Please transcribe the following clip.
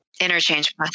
Interchange